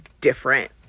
different